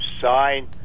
sign